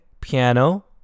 piano